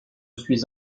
suis